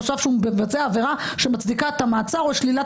חשב שהוא מבצע עבירה שמצדיקה את המעצר או שלילת